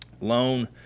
loan